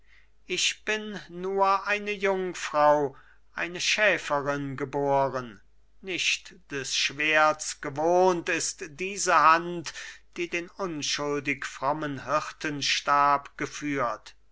ich bin nur eine jungfrau eine schäferin geboren nicht des schwerts gewohnt ist diese hand die den unschuldig frommen hirtenstab geführt